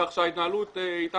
כך שההתנהלות איתנו